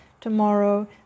Tomorrow